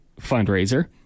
fundraiser